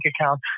account